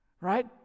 Right